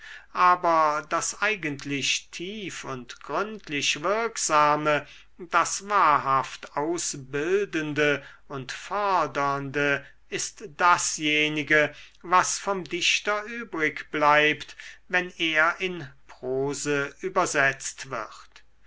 aber das eigentlich tief und gründlich wirksame das wahrhaft ausbildende und fördernde ist dasjenige was vom dichter übrig bleibt wenn er in prose übersetzt wird